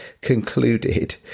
concluded